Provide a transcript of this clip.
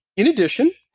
in addition,